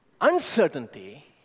Uncertainty